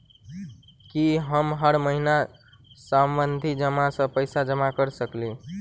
की हम हर महीना सावधि जमा सँ पैसा जमा करऽ सकलिये?